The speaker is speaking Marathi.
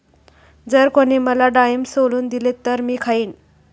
जर कोणी मला डाळिंब सोलून दिले तर मी खाईन